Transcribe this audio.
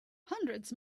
hundreds